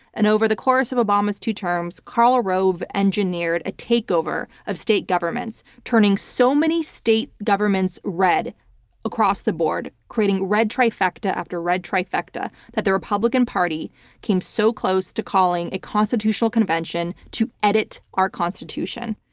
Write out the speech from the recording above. and over the course of obama's two terms, karl rove engineered a takeover of state governments, turning so many state governments red across the board, creating red trifecta after red trifecta, that the republican party came so close to calling a constitutional convention to edit our constitution.